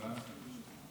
תודה רבה.